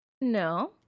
No